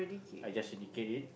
I just indicate it